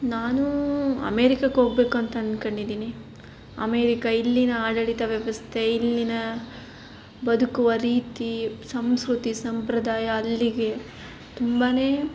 ನಾನು ಅಮೇರಿಕಕ್ಕೆ ಹೋಗ್ಬೇಕು ಅಂತ ಅನ್ಕೊಂಡಿದಿನಿ ಅಮೇರಿಕಾ ಇಲ್ಲಿನ ಆಡಳಿತ ವ್ಯವಸ್ಥೆ ಇಲ್ಲಿನ ಬದುಕುವ ರೀತಿ ಸಂಸ್ಕೃತಿ ಸಂಪ್ರದಾಯ ಅಲ್ಲಿಗೆ ತುಂಬ